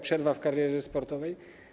Przerwa w karierze sportowej.